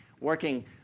working